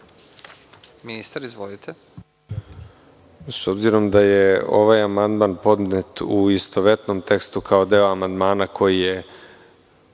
ministar. Izvolite.